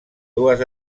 dues